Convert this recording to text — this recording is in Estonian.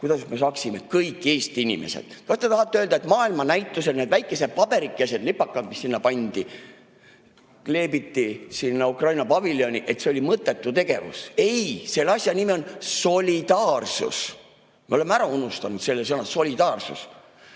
kuidas me saaksime kõik Eesti inimesed [kaasata]. Kas te tahate öelda, et maailmanäitusel need väikesed paberikesed, lipakad, mis sinna pandi, kleebiti sinna Ukraina paviljoni, et see oli mõttetu tegevus? Ei, selle asja nimi on solidaarsus. Me oleme ära unustanud sõna "solidaarsus".